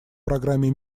программе